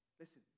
Listen